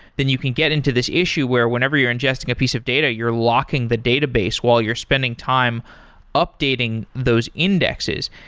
then you can get into this issue where whenever you're ingesting a piece of data, you're locking the database while you're spending time updating those indexes.